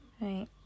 Right